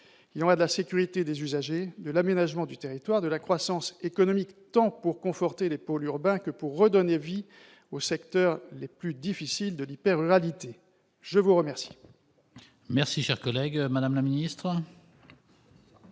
Il y va de la sécurité des usagers, de l'aménagement du territoire, de la croissance économique, tant pour conforter les pôles urbains que pour redonner vie aux secteurs les plus difficiles de l'hyper-ruralité. La parole